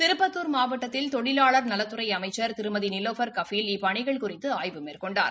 திருப்பத்துர் மாவட்டத்தில் தொழிலாளா் நலத்துறை அமைச்சா் திருமதி நிலோபா் கபில் இப்பணிகள் குறித்து ஆய்வு மேற்கொண்டார்